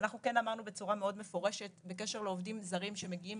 אנחנו כן אמרנו בצורה מאוד מפורשת בקשר לעובדים זרים שמגיעים